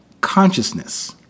consciousness